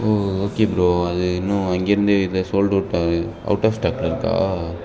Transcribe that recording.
ஓ okay bro அது இன்னும் அங்கேயிருந்தே இது சோல் டவுட் ஆகலை அவுட் ஆஃப் ஸ்டாக்கில் இருக்கா